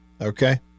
Okay